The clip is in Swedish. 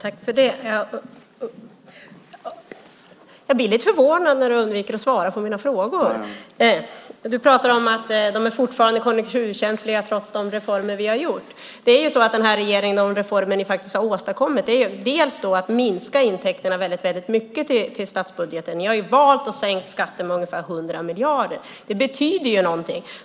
Herr talman! Jag blir lite förvånad när du, Carl B Hamilton, undviker att svara på mina frågor. Du pratar om att de fortfarande är konjunkturkänsliga trots de reformer vi har gjort. Det är ju så att de reformer den här regeringen faktiskt har åstadkommit delvis är att minska intäkterna väldigt mycket till statsbudgeten. Ni har valt att sänka skatten med ungefär 100 miljarder. Det betyder ju någonting.